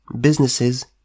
businesses